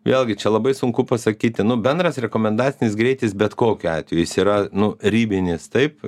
vėlgi čia labai sunku pasakyti nu bendras rekomendacinis greitis bet kokiu atveju jis yra nu ribinis taip